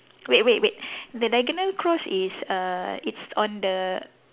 wait wait wait the diagonal cross is err it's on the